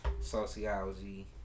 sociology